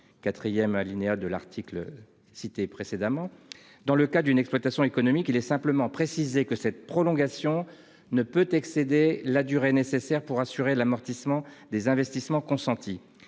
autorisation existante. Dans le cas d'une exploitation économique, il est simplement précisé que cette prolongation ne peut excéder la durée nécessaire pour assurer l'amortissement des investissements consentis.